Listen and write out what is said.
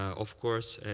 of course,